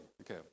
okay